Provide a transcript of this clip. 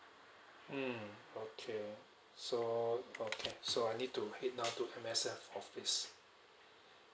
mm okay alright so okay so I need to head down to M_S_F office